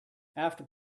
after